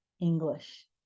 English